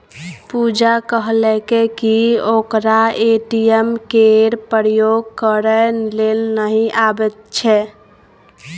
पुजा कहलकै कि ओकरा ए.टी.एम केर प्रयोग करय लेल नहि अबैत छै